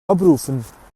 abrufen